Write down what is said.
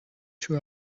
two